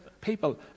People